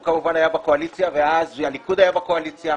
הוא כמובן היה בקואליציה ואז הליכוד היה בקואליציה.